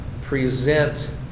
present